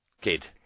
Kid